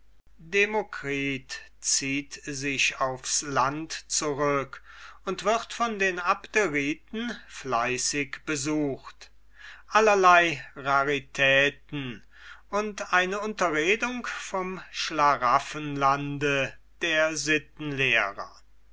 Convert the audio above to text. demokritus zieht sich aufs land zurück und wird von den abderiten fleißig besucht allerlei raritäten und eine unterredung vom schlaraffenlande der